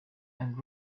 and